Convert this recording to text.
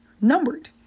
numbered